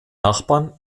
nachbarn